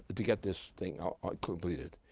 to get this thing ah ah completed,